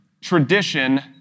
tradition